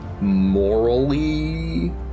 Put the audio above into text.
morally